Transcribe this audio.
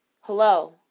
hello